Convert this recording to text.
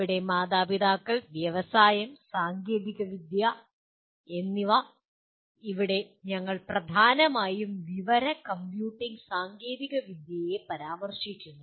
ഇവിടെ മാതാപിതാക്കൾ വ്യവസായം സാങ്കേതികവിദ്യ എന്നിവ ഇവിടെ ഞങ്ങൾ പ്രധാനമായും വിവര കമ്പ്യൂട്ടിംഗ് സാങ്കേതികവിദ്യയെ പരാമർശിക്കുന്നു